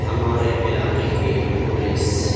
ہمارے علاقے کی پولیس